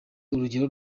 urugero